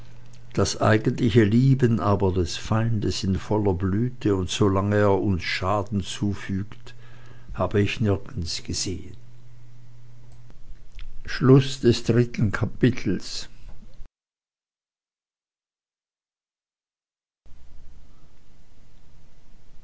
das eigentliche lieben aber des feindes in voller blüte und solange er uns schaden zufügt habe ich nirgends gesehen